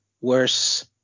worse